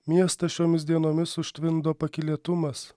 miestą šiomis dienomis užtvindo pakylėtumas